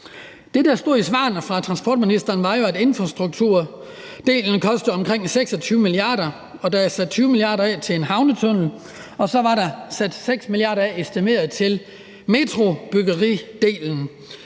Det, der stod i svarene fra transportministeren, var jo, at infrastrukturdelen kostede omkring 26 mia. kr., og der er sat 20 mia. kr. af til en havnetunnel, og så var der sat 6 mia. kr. af til metrobyggeridelen.